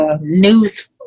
news